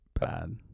bad